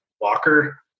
Walker